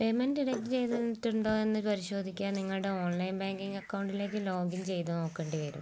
payment deduct ചെയ്തിട്ടുണ്ടോയെന്ന് പരിശോധിക്കാന് നിങ്ങളുടെ ഓൺലൈൻ ബാങ്കിംഗ് അക്കൗണ്ടിലേക്ക് ലോഗിൻ ചെയ്തുനോക്കേണ്ടി വരും